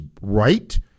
right